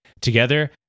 Together